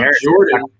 Jordan